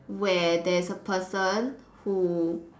where there's a person who